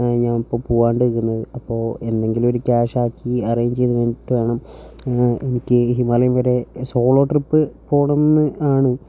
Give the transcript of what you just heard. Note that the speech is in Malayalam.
ഞാൻ ഇപ്പോൾ പോവാണ്ട് നിൽക്കുന്നത് അപ്പോൾ എന്തെങ്കിലും ഒരു ക്യാഷ് ആക്കി അറേഞ്ച് ചെയ്ത് എന്നിട്ടുവേണം എനിക്ക് ഹിമാലയം വരെ സോളോട്രിപ്പ് പോകണം എന്ന് ആണ്